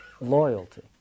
loyalty